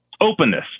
Openness